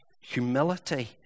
humility